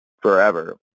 forever